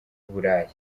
burayi